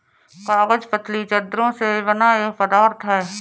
कागज पतली चद्दरों से बना एक पदार्थ है